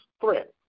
threat